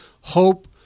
hope